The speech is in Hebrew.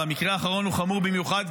והמקרה האחרון הוא חמור במיוחד,